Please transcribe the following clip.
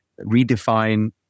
redefine